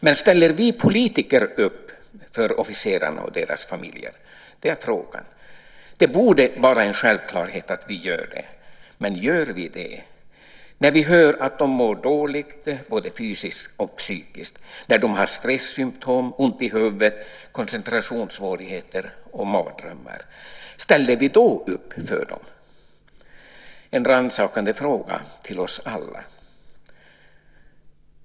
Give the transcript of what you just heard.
Men ställer vi politiker upp för officerarna och deras familjer? Det borde vara en självklarhet att vi gör det men frågan är alltså om vi gör det. När vi hör att de mår dåligt både fysiskt och psykiskt - när de har stressymtom, ont i huvudet, koncentrationssvårigheter och mardrömmar - ställer vi då upp för dem? Det är en rannsakande fråga till oss alla.